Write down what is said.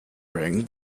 rang